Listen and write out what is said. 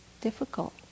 difficult